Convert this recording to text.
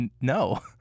no